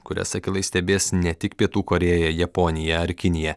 kurias akylai stebės ne tik pietų korėja japonija ar kinija